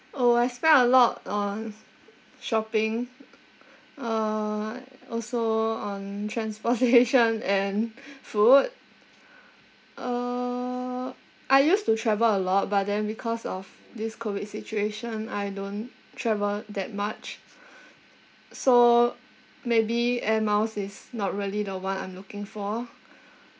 orh I spend a lot on shopping uh also on transportation and food uh I used to travel a lot but then because of this COVID situation I don't travel that much so maybe air miles is not really the one I'm looking for